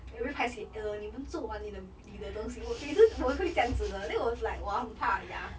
I very paiseh uh 你们做完你的你的东西我每次我会这样子的 then was like !wow! 很怕 ya